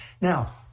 Now